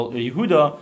Yehuda